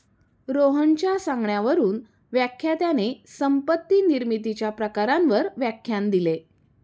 रोहनच्या सांगण्यावरून व्याख्यात्याने संपत्ती निर्मितीच्या प्रकारांवर व्याख्यान दिले